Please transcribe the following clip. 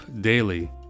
daily